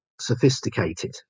sophisticated